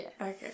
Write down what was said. Okay